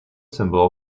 symbol